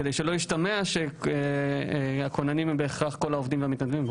כדי שלא ישתמע שהכוננים הם בהכרח כל העובדים והמתנדבים בו.